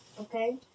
Okay